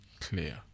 clear